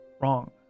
wrong